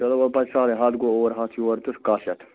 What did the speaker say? چلو وَل پَتہٕ چھِ سہلٕے ہَتھ گوٚو اور ہَتھ یور تہٕ کَہہ شیٚتھ